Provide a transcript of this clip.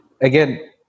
Again